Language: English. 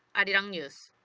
arirang news.